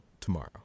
tomorrow